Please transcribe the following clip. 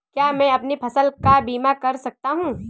क्या मैं अपनी फसल का बीमा कर सकता हूँ?